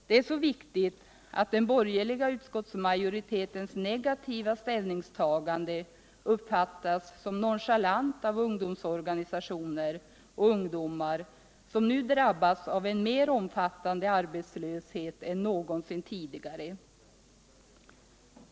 Det är så viktigt, att den borgerliga utskottsmajoritetens negativa ställningstagande uppfattas som nonchalant av ungdomsorganisationer och ungdomar, som nu drabbas av en mer omfattande arbetslöshet än någonsin tidigare.